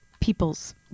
people's